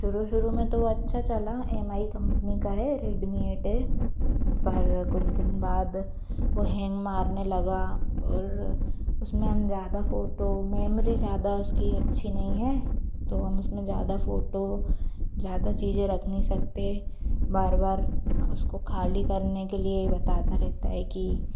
शुरू शुरू में तो अच्छा चल एम आई कंपनी का है रेडमी एट ए पर कुछ दिन बाद वो हैंग मारने लगा और उसमें हम ज़्यादा फोटो मेमोरी ज़्यादा उसकी अच्छी नहीं है तो हम उसमें ज़्यादा फोटो ज़्यादा चीज़ें रख नहीं सकते बार बार उसको खाली करने के लिए बताता रहता है कि